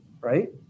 right